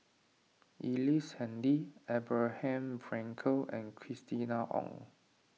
Ellice Handy Abraham Frankel and Christina Ong